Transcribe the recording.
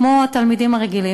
כמו התלמידים הרגילים,